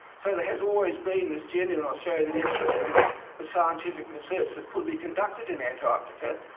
so there has always been this genuine australian interest in the scientific research that could be conducted in antarctica,